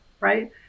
right